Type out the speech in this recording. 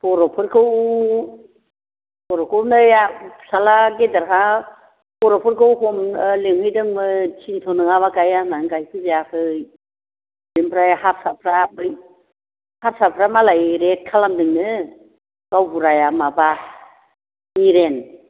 बर'फोरखौ नै फिसाज्ला गिदिरा बर'फोरखौ लिंहैदोंमोन थिनस' नङाबा गाया होननानै गायफैजायाखै बेनिफ्राय हारसाफ्रा हारसाफ्रा मालाय रेट खालामदोंनो गावबुराया माबा बिरेन